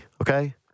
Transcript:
okay